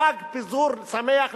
חג פיזור שמח לכולם.